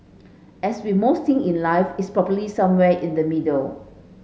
as with most things in life it's probably somewhere in the middle